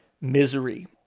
misery